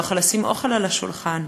שלא יוכל לשים אוכל על השולחן.